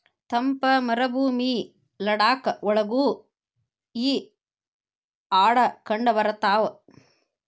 ತಂಪ ಮರಭೂಮಿ ಲಡಾಖ ಒಳಗು ಈ ಆಡ ಕಂಡಬರತಾವ